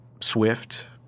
swift